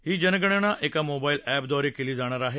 ही जनगणना एका mobile app द्वारे केली जाणार आहे